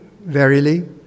verily